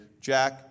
Jack